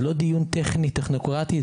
זה לא דיון טכני טכנוקרטי,